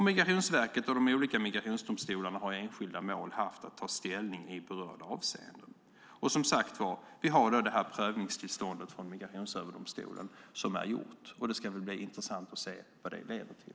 Migrationsverket och de olika migrationsdomstolarna har i enskilda mål haft att ta ställning i berörda avseenden. Vi har, som sagt, prövningstillståndet från Migrationsöverdomstolen. Det ska bli intressant att se vad det leder till.